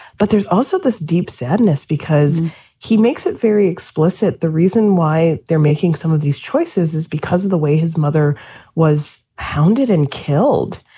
but there's also this deep sadness because he makes it very explicit. the reason why they're making some of these choices is because of the way his mother was hounded and killed.